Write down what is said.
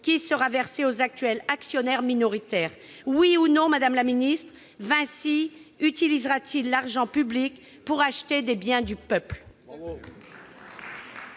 qui sera versée aux actuels actionnaires minoritaires. Oui ou non, Vinci utilisera-t-il l'argent public pour acheter les biens du peuple ?